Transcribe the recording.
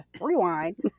Rewind